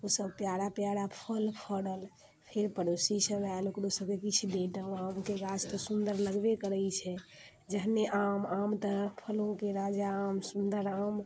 ओ सब प्यारा प्यारा फल फड़ल फेर पड़ोसी सब आएल ओकरो सबके किछु देलहुँ आमके गाछ तऽ सुन्दर लगबे करैत छै जहने आम आम तऽ फलोके राजा आम सुन्दर आम